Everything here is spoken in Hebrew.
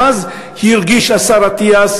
גם אז הרגיש השר אטיאס